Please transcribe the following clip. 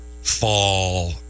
fall